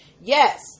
yes